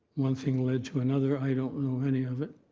one thing led to another. i don't know any of it.